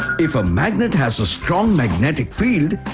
if a magnet has a strong magnetic field,